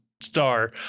star